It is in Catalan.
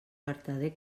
vertader